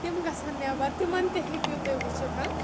تِم گژھن نیٚبَر تِمَن تہِ ہیٚکِو تُہۍ وٕچھِتھ